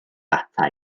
ata